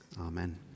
amen